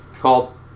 called